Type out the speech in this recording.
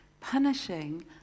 punishing